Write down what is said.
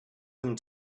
them